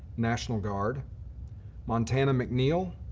national guard montana mcneill,